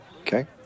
Okay